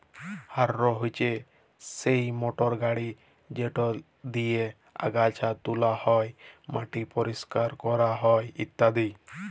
harrow হছে সেই motor গাড়ি যেট দিঁয়ে আগাছা তুলা হ্যয়, মাটি পরিষ্কার ক্যরা হ্যয় ইত্যাদি